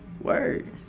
word